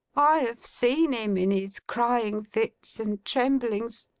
i have seen him, in his crying fits and tremblings,